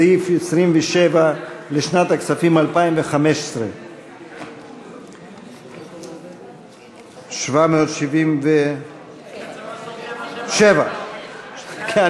בסעיף 27 לשנת הכספים 2015. 777,